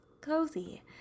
cozy